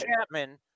Chapman